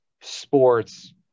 sports